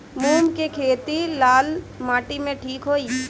मूंग के खेती लाल माटी मे ठिक होई?